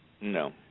No